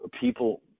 people